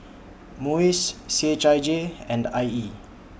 Muis C H I J and I E